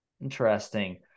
Interesting